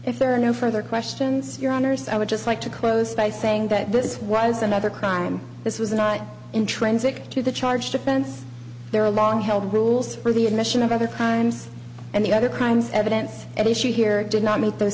if there are no further questions your honor so i would just like to close by saying that this was another crime this was not intrinsic to the charged offense there are long held rules for the admission of other crimes and the other crimes evidence at issue here did not meet th